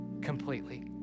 completely